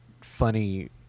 funny